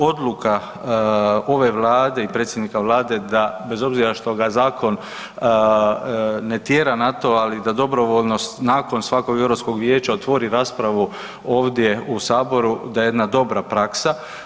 Odluka ove Vlade i predsjednika Vlade da bez obzira što ga zakon ne tjera na to, ali dobrovoljno nakon svakog Europskog Vijeća otvori raspravu ovdje u SAboru da je jedna dobra praksa.